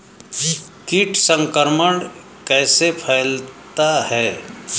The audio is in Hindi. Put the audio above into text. कीट संक्रमण कैसे फैलता है?